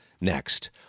next